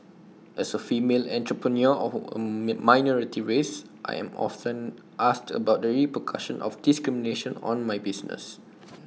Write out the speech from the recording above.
as A female entrepreneur of A minority race I am often asked about the repercussion of discrimination on my business